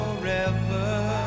forever